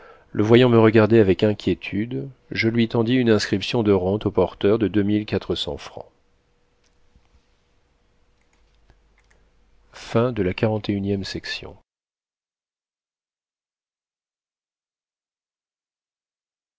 le voyant me regarder avec inquiétude je lui tendis une inscription de rentes au porteur de deux mille quatre cents francs